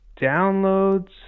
downloads